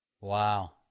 Wow